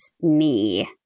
knee